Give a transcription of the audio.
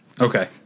Okay